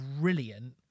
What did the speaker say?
brilliant